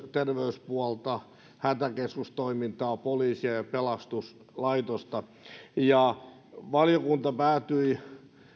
ja terveyspuolta hätäkeskustoimintaa poliisia ja pelastuslaitosta valiokunta päätyi